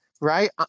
right